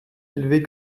élevés